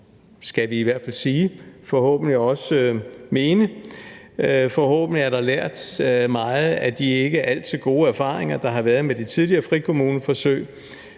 skal vi i hvert fald sige og forhåbentlig også mene. Forhåbentlig er der lært meget af de ikke altid gode erfaringer, der har været, med de tidligere frikommuneforsøg.